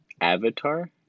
avatar